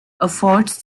affords